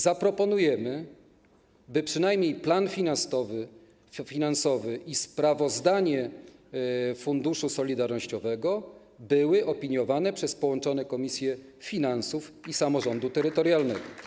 Zaproponujemy, by przynajmniej plan finansowy i sprawozdanie funduszu solidarnościowego były opiniowane przez połączone Komisje Finansów oraz Samorządu Terytorialnego